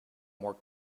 more